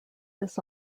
this